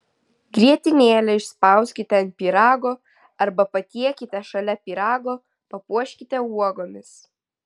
grietinėlę išspauskite ant pyrago arba patiekite šalia pyrago papuoškite uogomis